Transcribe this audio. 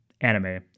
anime